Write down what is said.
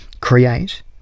create